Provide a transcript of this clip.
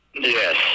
Yes